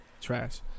Trash